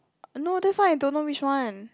no this one I don't know which one